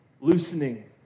Loosening